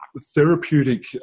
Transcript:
therapeutic